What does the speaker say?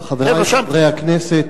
אדוני היושב-ראש, תודה, השר, חברי חברי הכנסת,